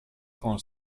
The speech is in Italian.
con